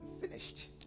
Finished